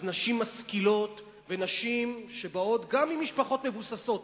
אז נשים משכילות ונשים שבאות גם ממשפחות מבוססות,